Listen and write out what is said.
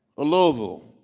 a louisville,